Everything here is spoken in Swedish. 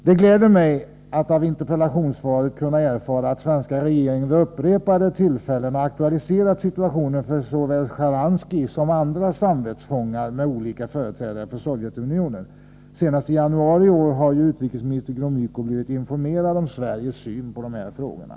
Det gläder mig att av interpellationssvaret erfara att den svenska regeringen vid upprepade tillfällen för representanter för Sovjetunionen har aktualiserat såväl Sjtjaranskijs som andra samvetsfångars situation. Senast i januari i år blev ju utrikesminister Gromyko informerad om den svenska synen på de här frågorna.